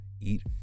Eat